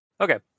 Okay